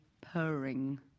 purring